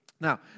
Now